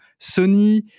Sony